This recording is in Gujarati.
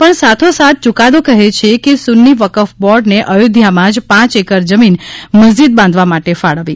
પણ સાથો સાથ યુકાદો કહે છે કે સુન્નિવકફ બોર્ડને અયોધ્યામાં જ પાંચ એકર જમીન મસ્જીદ બાંધવા માટે ફાળવવી